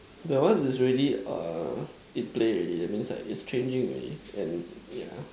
the one is already uh in play already that means like it's changing already and yeah